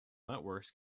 networks